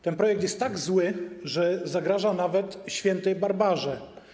Ten projekt jest tak zły, że zagraża nawet św. Barbarze.